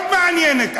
מאוד מעניינת.